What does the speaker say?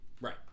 Right